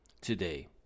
Today